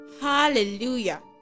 Hallelujah